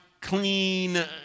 clean